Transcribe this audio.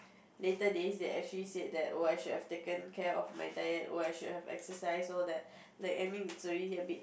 later days they actually said that oh I should have taken care of my diet oh I should have exercise all that I mean it's already a bit